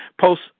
post